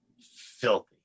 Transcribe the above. filthy